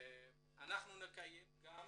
נקיים גם